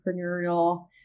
entrepreneurial